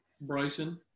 Bryson